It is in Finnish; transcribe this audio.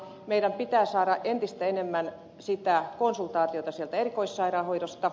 meidän pitää saada entistä enemmän konsultaatiota sieltä erikoissairaanhoidosta